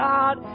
God